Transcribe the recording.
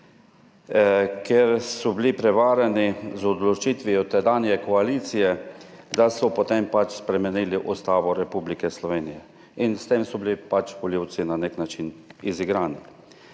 ker so bili prevarani z odločitvijo tedanje koalicije, da so potem pač spremenili Ustavo Republike Slovenije in s tem so bili pač volivci na nek način izigrani.